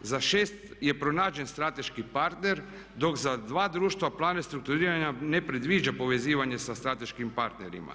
za 6 je pronađen strateški partner dok za dva društva plan restrukturiranja ne predviđa povezivanje sa strateškim partnerima.